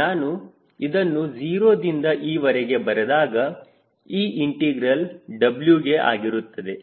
ನಾನು ಇದನ್ನು 0 ದಿಂದ E ವರೆಗೆ ಬರೆದಾಗ ಈ ಇಂಟಿಗ್ರಲ್ Wಗೆ ಆಗಿರುತ್ತದೆ